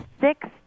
six